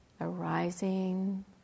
arising